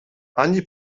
ani